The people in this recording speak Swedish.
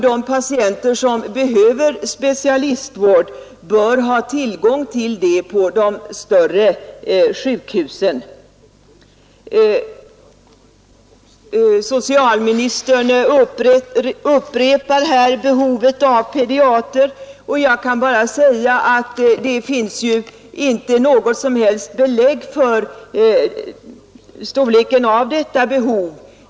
De patienter som behöver specialistvård bör ha tillgång till det på de större sjukhusen. Socialministern upprepar här att det finns behov av pediatriker, och jag kan bara säga att det inte finns något som helst belägg för storleken av detta behov.